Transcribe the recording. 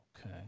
Okay